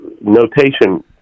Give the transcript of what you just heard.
notation